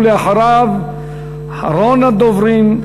ואחריו אחרון הדוברים,